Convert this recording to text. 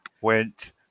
went